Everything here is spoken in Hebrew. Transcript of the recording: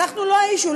אנחנו לא ה-issue,